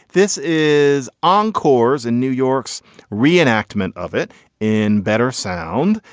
this is on cause in new york's reenactment of it in better sound.